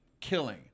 killing